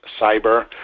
cyber